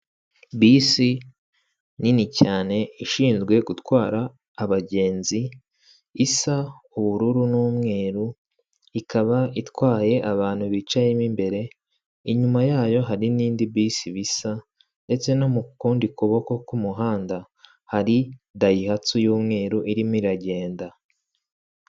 Bisi nini cyane ishinzwe gutwara abagenzi, isa ubururu n'umweru, ikaba itwaye abantu bicayemo imbere, inyuma yayo hari n'indi bisi bisa ndetse no mukundi kuboko k'umuhanda hari dayihatsu y'umweru irimo iragenda.